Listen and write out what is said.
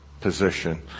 position